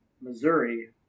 Missouri